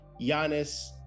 Giannis